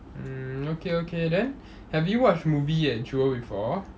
mm okay okay then have you watch movie at jewel before